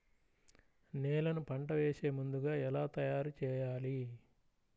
నేలను పంట వేసే ముందుగా ఎలా తయారుచేయాలి?